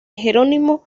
jerónimo